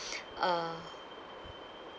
uh